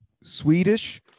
Swedish